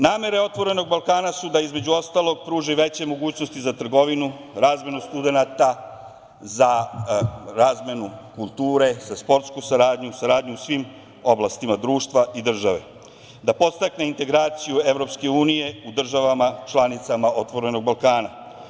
Namera je „Otvorenog Balkana“ su da između ostalog pruži veće mogućnosti za trgovinu, razmenu studenata, za razmenu kulture, za sportsku saradnju, saradnju u svim oblastima društva i države, da podstakne integraciju EU u državama članicama „Otvorenog Balkana“